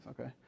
okay